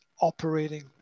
operating